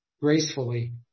gracefully